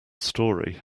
story